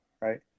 right